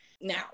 Now